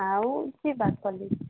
ଆଉ